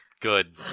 good